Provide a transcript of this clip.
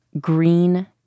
green